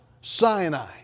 Sinai